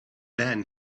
then